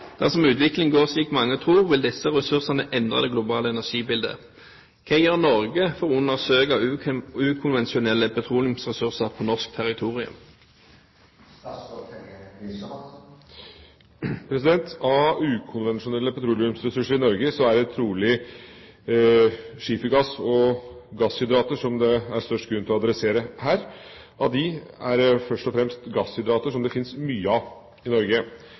går slik mange tror, vil disse ressursene endre det globale energibildet. Hva gjør Norge for å undersøke ukonvensjonelle petroleumsressurser på norsk territorium?» Av ukonvensjonelle petroleumsressurser i Norge er det trolig skifergass og gasshydrater som det er størst grunn til å adressere her. Av dem er det først og fremst gasshydrater som det finnes mye av i Norge.